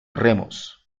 remos